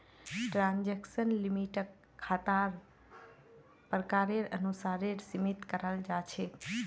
transaction लिमिटक खातार प्रकारेर अनुसारेर सीमित कराल जा छेक